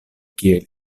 kiel